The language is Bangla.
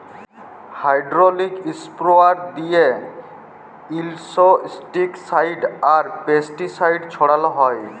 হাইড্রলিক ইস্প্রেয়ার দিঁয়ে ইলসেক্টিসাইড আর পেস্টিসাইড ছড়াল হ্যয়